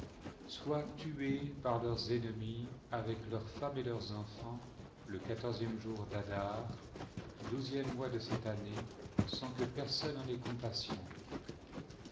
soient tués par leurs ennemis avec leurs femmes et leurs enfants le quatorzième jour d'adar douzième mois de cette année sans que personne en ait compassion